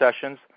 sessions